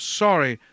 sorry